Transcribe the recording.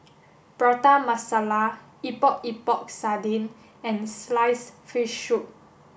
Prata Masala Epok Epok Sardin and sliced fish soup